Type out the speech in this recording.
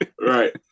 right